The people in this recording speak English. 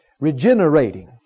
regenerating